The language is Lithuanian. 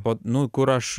vat nu kur aš